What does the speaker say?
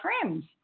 friends